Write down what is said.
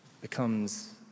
becomes